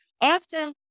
often